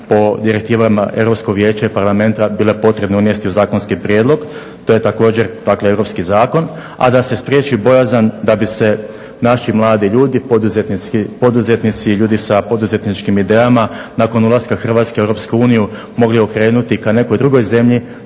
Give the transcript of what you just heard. po direktivama Europskog vijeća i Parlamenta bile potrebne unesti u zakonski prijedlog. To je također, dakle europski zakon a da se spriječi bojazan da bi se naši mladi ljudi, poduzetnici i ljudi sa poduzetničkim idejama nakon ulaska Hrvatske u Europsku uniju mogli okrenuti ka nekoj drugoj zemlji